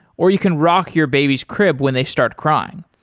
or you can rock your baby's crib when they start crying.